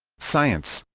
science